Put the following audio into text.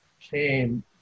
came